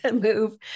move